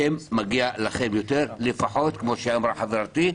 מגיע לכם יותר, כפי שאמרה חברתי,